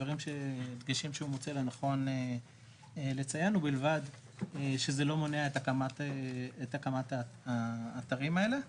הדגשים שהוא מוצא לנכון לציין ובלבד שזה לא מונע את הקמת האתרים האלה.